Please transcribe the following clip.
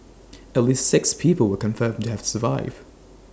at least six people were confirmed to have survived